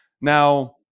now